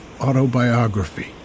autobiography